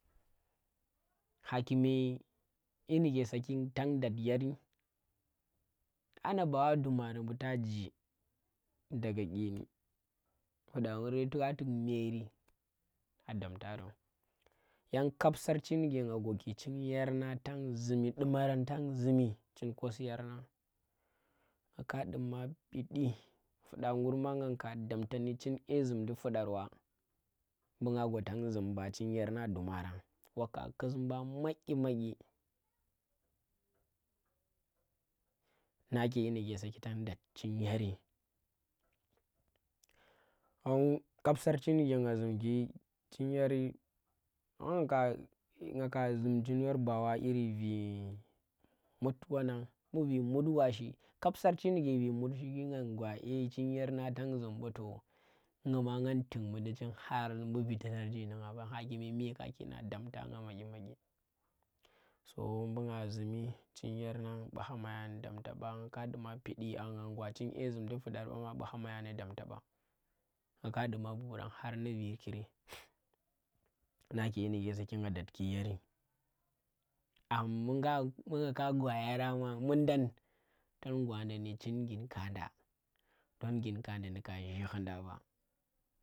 Ha ku me kyi ndike saki tang dat yari, tanah bawa dumari ɓu ta ji daga eeni fuda nguri to ka tuk meeri a damta ro. Yan kab sarchi ndike nga gwaki chin yarnana tan zumi, dumaran tan zumi chin kosiyar nang nga ka duma pidi fuda ngur ma nang ka damta ndi chin zum ndi fudar wa ɓu nga gwa tang zum ba chin yarnang dumarang waka kus mba madyi madyi. Na ke yi ni saki tang dat chin yari wa kab sarchi ndi ke nga zumki chin yari wa kap sarchi ndike nga zum ki chin yari har ngaka ngaka zum chin yar ba wa iri vee mud wannang bu vee mud wa shi kap sarchi ndike vee mud shiki nang gwa chin yarnang tan zum ba to, nga ma ngam tuk mundi chin har bu viti larji nanga ba, ha kuma mee ka ki damta nga madyi. Madyi so ɓu nga zumi chin yar nang bu hama ya ndi damta ɓa nga ka duma pidi a nang gwa chin nye zum ndi fudar ba hama ya ndi damta ɓa nga duma buurang har ndi virkiri. Nga ke ƙyi ndi ge saki nga datki yari. Aa ɓu nga ka gwa yarang ma mundang tan gwa nda ndi chin ghin kag nda don ghin kaanda ndu ka zhee ghu nda ba.